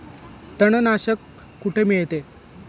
तणनाशक कुठे मिळते?